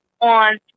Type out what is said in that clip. on